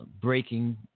Breaking